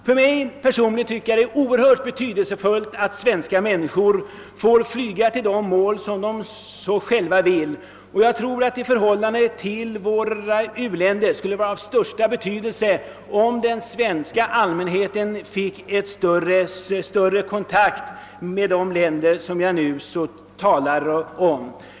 För mig personligen och säkert för många är det oerhört betydelsefullt att svenska medborgare får flyga till de resmål som vi vill besöka, och jag tror: att det skulle vara av stor betydelse om den svenska allmänheten fick större kontakt med u-länderna.